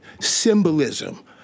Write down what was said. symbolism